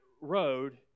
road